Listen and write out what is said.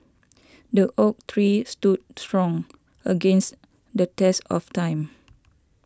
the oak tree stood strong against the test of time